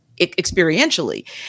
experientially